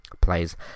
plays